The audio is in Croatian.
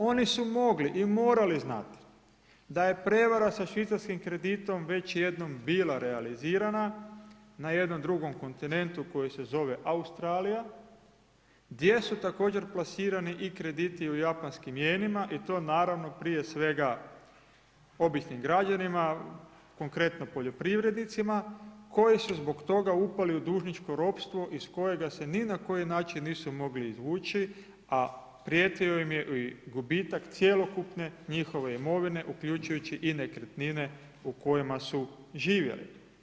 Oni su mogli i morali znati da je prevara sa švicarskim kreditom već jednom bila realizirana na jednom drugom kontinentu koji se zove Australija, gdje su također plasirani i krediti u japanskim jenima i to naravno prije svega, običnim građanima, konkretno poljoprivrednicima, koji su zbog toga upali u dužničko ropstvo iz kojega se ni na koji način nisu mogli izvući, a prijetio im je i gubitak cjelokupne njihove imovine uključujući i nekretnine u kojima su živjeli.